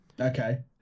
Okay